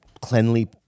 Cleanly